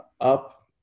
up